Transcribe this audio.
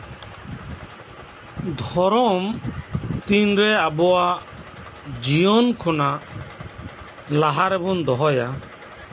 ᱫᱷᱚᱨᱚᱢ ᱛᱤᱱᱨᱮ ᱟᱵᱚᱣᱟᱜ ᱡᱤᱭᱚᱱ ᱠᱷᱚᱱᱟᱜ ᱞᱟᱦᱟᱨᱮᱵᱚᱱ ᱫᱚᱦᱚᱭᱟ